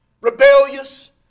rebellious